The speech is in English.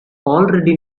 already